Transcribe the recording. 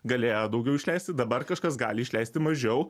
galėjo daugiau išleisti dabar kažkas gali išleisti mažiau